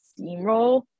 steamroll